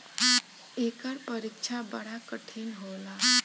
एकर परीक्षा बड़ा कठिन होला